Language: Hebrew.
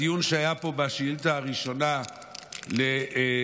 בדיון שהיה פה בשאילתה הראשונה לשרת